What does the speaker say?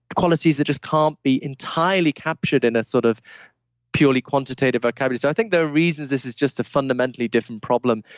qualities that just can't be entirely captured in a sort of purely quantitative vocabulary. so, i think there are reasons this is just a fundamentally different problem.